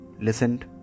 listened